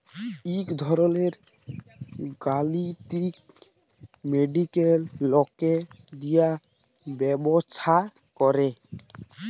ইক ধরলের গালিতিক মডেল লকে দিয়ে ব্যবসা করে